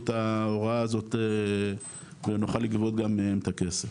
את ההוראה הזאת ונוכל לגבות גם מהם את הכסף.